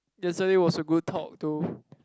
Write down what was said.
yesterday was a good talk though